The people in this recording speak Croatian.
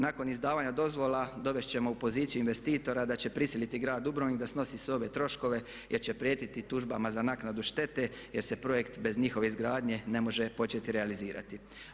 Nakon izdavanja dozvola dovesti ćemo u poziciju investitora da će prisiliti grad Dubrovnik da snosi sve ove troškove jer će prijetiti tužbama za naknadu štete jer se projekt bez njihove izgradnje ne može početi realizirati.